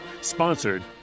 sponsored